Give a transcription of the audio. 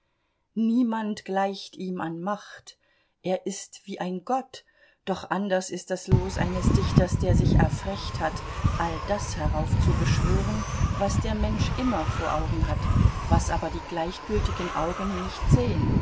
niemand gleicht ihm an macht er ist wie ein gott doch anders ist das los eines dichters der sich erfrecht hat all das heraufzubeschwören was der mensch immer vor augen hat was aber die gleichgültigen augen nicht sehen